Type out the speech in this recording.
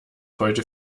heute